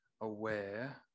aware